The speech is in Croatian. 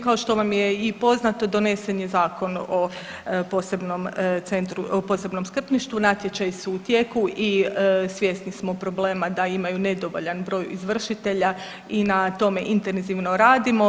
Kao što vam je i poznato donesen je i zakon o posebnom centru, posebnom skrbništvu, natječaji su u tijeku i svjesni smo problema da imaju nedovoljan broj izvršitelja i na tome intenzivno radimo.